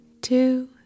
two